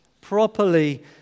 properly